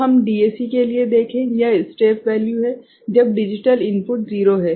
तो हम DAC के लिए देखें यह स्टेप वैल्यू है जब डिजिटल इनपुट 0 है